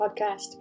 podcast